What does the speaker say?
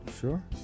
Sure